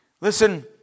Listen